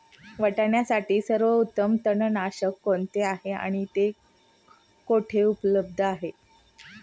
वाटाण्यासाठी सर्वोत्तम तणनाशक कोणते आहे आणि ते कुठे उपलब्ध आहे?